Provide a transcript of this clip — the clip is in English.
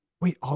Wait